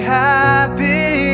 happy